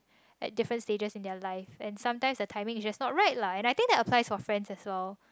at different stages in their life and sometimes the timing is just not right lah and I think that applies for friends as well